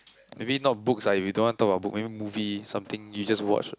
maybe not books ah if you don't want to talk about book maybe movie something you just watched ah